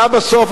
אתה בסוף,